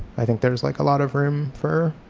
i think there's like a lot of room for